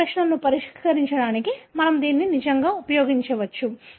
అనేక ప్రశ్నలను పరిష్కరించడానికి మనము దీన్ని నిజంగా ఉపయోగించవచ్చు